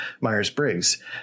Myers-Briggs